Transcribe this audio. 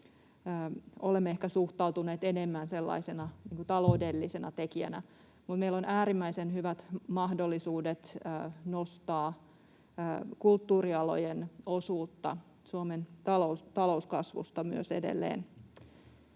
olemme ehkä suhtautuneet enemmän sellaisena taloudellisena tekijänä. Meillä on äärimmäisen hyvät mahdollisuudet nostaa kulttuurialojen osuutta Suomen talouskasvusta myös edelleen.